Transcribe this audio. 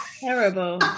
Terrible